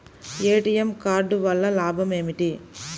ATM card వల్ల లాభం ఏమిటి?